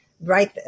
right